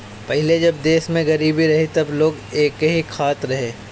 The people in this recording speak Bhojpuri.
पहिले जब देश में गरीबी रहे तब लोग एके खात रहे